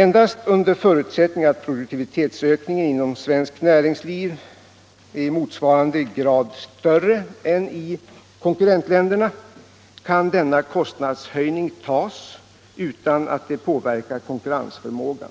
Endast under förutsättning att produktivitetsökningen inom svenskt näringsliv är i motsvarande grad större än i konkurrentländerna kan denna kostnadshöjning tas utan att det påverkar konkurrensförmågan.